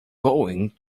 going